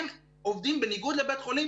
הם עובדים בניגוד לבית חולים,